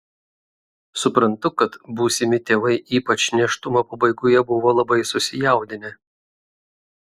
suprantu kad būsimi tėvai ypač nėštumo pabaigoje buvo labai susijaudinę